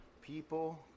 people